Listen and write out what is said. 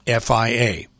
FIA